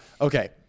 Okay